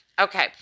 Okay